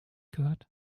gehört